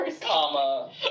comma